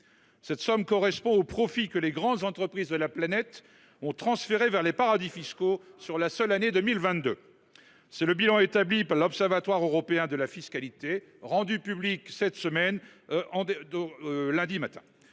surtout, correspond aux profits que les grandes entreprises de la planète ont transférés vers les paradis fiscaux sur la seule année 2022, selon le bilan établi par l’Observatoire européen de la fiscalité rendu public lundi matin.